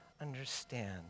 understand